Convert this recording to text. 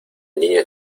niña